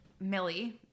Millie